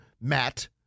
Matt